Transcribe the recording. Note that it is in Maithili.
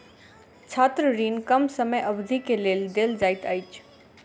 छात्र ऋण कम समय अवधि के लेल देल जाइत अछि